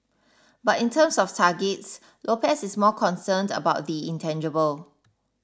but in terms of targets Lopez is more concerned about the intangible